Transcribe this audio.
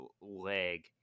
leg